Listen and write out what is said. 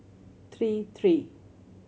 three three